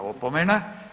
Opomena.